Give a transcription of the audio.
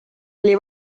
oli